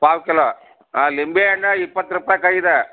ಪಾವು ಕಿಲೋ ಹಾಂ ಲಿಂಬೆಹಣ್ಣ ಇಪ್ಪತ್ತು ರೂಪಾಯ್ಗ್ ಐದು